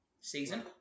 season